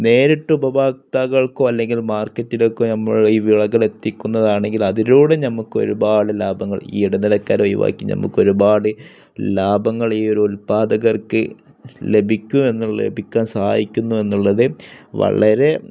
നേരിട്ട് ഉപഭോക്താക്കൾക്കോ അല്ലെങ്കിൽ മാർക്കറ്റിലൊക്കെ നമ്മൾ ഈ വിളകൾ എത്തിക്കുന്നതാണെങ്കിൽ അതിലൂടെ നമുക്ക് ഒരുപാട് ലാഭങ്ങൾ ഈ ഇടനിലക്കാരെ ഒഴിവാക്കി നമുക്ക് ഒരുപാട് ലാഭങ്ങൾ ഈ ഒരു ഉൽപാദകർക്ക് ലഭിക്കും എന്നുള്ളത് ലഭിക്കാൻ സഹായിക്കുന്നു എന്നുള്ളത് വളരെ